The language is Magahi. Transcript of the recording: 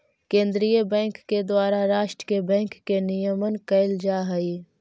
केंद्रीय बैंक के द्वारा राष्ट्र के बैंक के नियमन कैल जा हइ